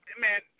Man